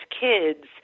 kids